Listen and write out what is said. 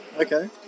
Okay